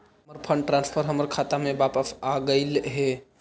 हमर fund transfer हमर खाता में वापस आगईल हे